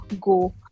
go